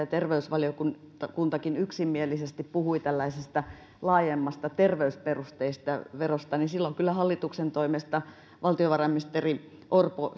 ja terveysvaliokuntakin yksimielisesti puhui tällaisesta laajemmasta terveysperusteisesta verosta niin silloin kyllä hallituksen toimesta valtiovarainministeri orpo